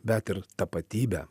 bet ir tapatybę